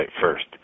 first